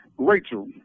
Rachel